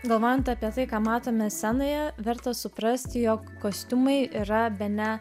galvojant apie tai ką matome scenoje verta suprasti jog kostiumai yra bene